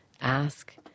ask